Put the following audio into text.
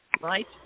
right